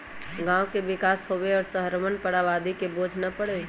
गांव के विकास होवे और शहरवन पर आबादी के बोझ न पड़ई